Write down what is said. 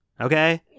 Okay